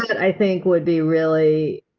i think, would be really.